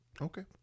Okay